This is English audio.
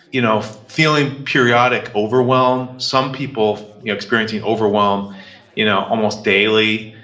you know feeling periodic overwhelm. some people experiencing overwhelm you know almost daily.